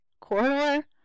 corridor